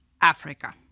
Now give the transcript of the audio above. Africa